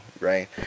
right